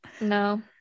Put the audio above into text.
no